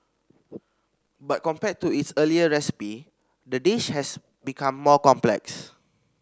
but compared to its earlier recipe the dish has become more complex